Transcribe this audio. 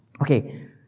Okay